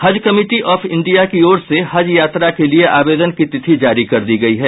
हज committee of India की ओर से हज यात्रा के लिये आवेदन की तिथि जारी कर दी गई है